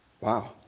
Wow